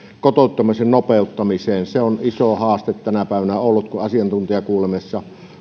kotouttamisen nopeuttamiseen se on iso haaste tänä päivänä ollut kun asiantuntijakuulemisessa